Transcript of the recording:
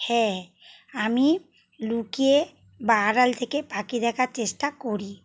হ্যাঁ আমি লুকিয়ে বা আড়াল থেকে পাখি দেখার চেষ্টা করি